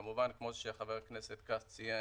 כמובן כמו שחבר הכנסת כץ ציין,